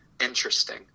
interesting